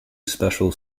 special